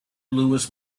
louis